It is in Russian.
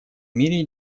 мире